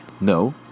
No